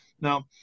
Now